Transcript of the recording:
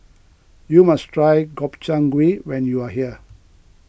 you must try Gobchang Gui when you are here